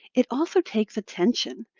it also takes attention.